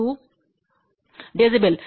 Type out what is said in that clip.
2 dB